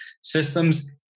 systems